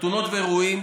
חתונות ואירועים